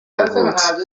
yavutse